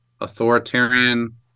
authoritarian